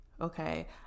Okay